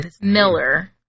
Miller